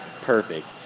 Perfect